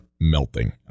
melting